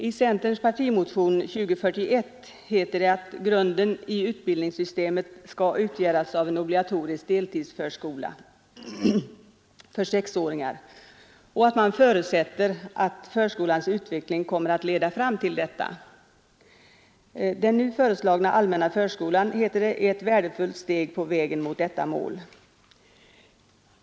I centerns partimotion 2041 heter det att grunden i utbildningssystemet skall utgöras av en obligatorisk deltidsförskola för sexåringarna, och man förutsätter att förskolans utveckling kommer att leda fram till detta. Den nu föreslagna allmänna förskolan, heter det vidare, är ett värdefullt steg på vägen mot detta mål.